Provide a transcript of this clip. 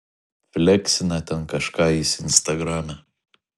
fleksina ten kažką jis instagrame